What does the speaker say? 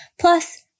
Plus